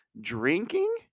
Drinking